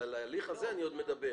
ההלך הזה אני עוד מדבר.